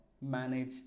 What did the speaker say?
manage